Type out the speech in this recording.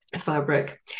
fabric